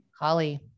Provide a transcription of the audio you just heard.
Holly